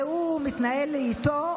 והוא מתנהל איתו,